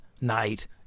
night